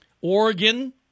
oregon